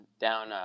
down, –